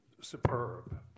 superb